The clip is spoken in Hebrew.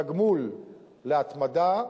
תגמול להתמדה,